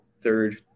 third